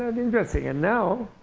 um interesting. and now,